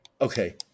Okay